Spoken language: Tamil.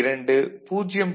2 0